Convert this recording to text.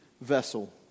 vessel